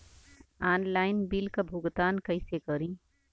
Online bill क भुगतान कईसे करी?